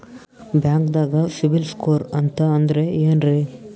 ಬ್ಯಾಂಕ್ದಾಗ CIBIL score ಅಂತ ಅಂದ್ರೆ ಏನ್ರೀ?